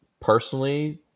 Personally